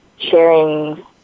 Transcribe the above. sharing